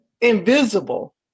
invisible